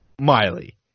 Miley